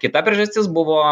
kita priežastis buvo